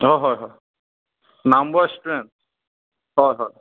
হয় হয় হয় নামবৰ ৰেষ্টুৰেণ্ট হয় হয়